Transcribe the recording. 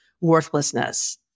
worthlessness